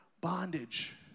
bondage